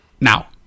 Now